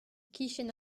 kichen